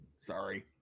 Sorry